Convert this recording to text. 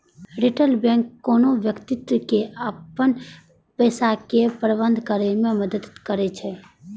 retail bank कोनो व्यक्ति के अपन पैसाक प्रबंधन करै मे मदति करै छै